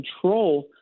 control